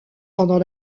pendant